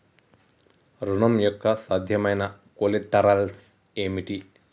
ఋణం యొక్క సాధ్యమైన కొలేటరల్స్ ఏమిటి?